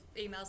emails